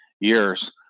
years